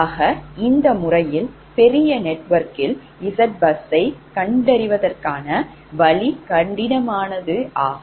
ஆக இந்த முறையில் பெரிய நெட்வொர்க்கில் Zbus யை கண்டறிவதற்கான வழி கடினமானது ஆகும்